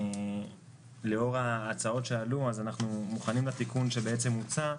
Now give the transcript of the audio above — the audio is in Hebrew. ולאור ההצעות שעלו אז אנחנו מוכנים לתיקון שהוצע.